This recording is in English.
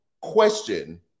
question